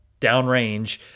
downrange